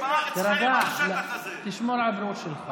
גם כאשר החזקנו ביד,